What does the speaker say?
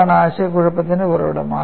ഇതാണ് ആശയക്കുഴപ്പത്തിന്റെ ഉറവിടം